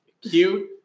cute